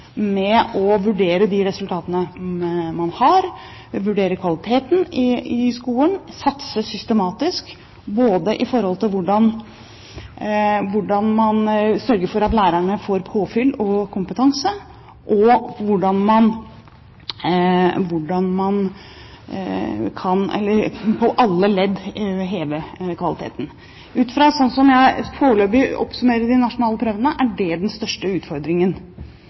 med å vurdere de resultatene man har, vurdere kvaliteten i skolen, satse systematisk både i forhold til hvordan man sørger for at lærerne får påfyll og kompetanse, og hvordan man i alle ledd kan heve kvaliteten? Ut fra sånn som jeg foreløpig oppsummerer de nasjonale prøvene, er det den største utfordringen